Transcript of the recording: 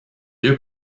deux